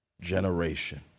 generation